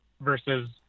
versus